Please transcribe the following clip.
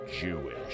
Jewish